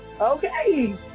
Okay